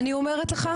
אני אומרת לך שזה שקר.